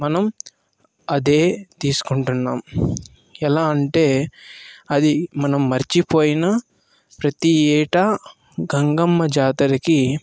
మనం అదే తీసుకుంటున్నాం ఎలా అంటే అది మనం మర్చిపోయినా ప్రతి ఏటా గంగమ్మ జాతరకి